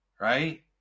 right